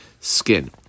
skin